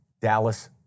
Dallas